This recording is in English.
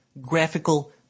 graphical